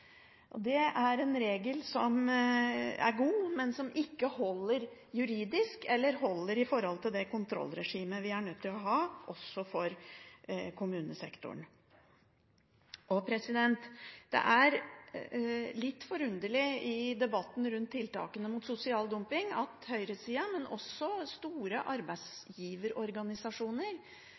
Det er en regel som er god, men som ikke holder juridisk eller holder i forhold til det kontrollregimet vi er nødt til å ha også for kommunesektoren. Det er litt forunderlig i debatten rundt tiltakene om sosial dumping at høyresiden, men også store arbeidsgiverorganisasjoner